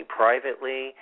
privately